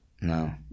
No